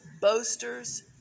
boasters